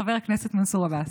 חבר הכנסת מנסור עבאס.